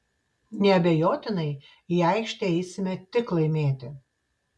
neabejotinai į aikštę eisime tik laimėti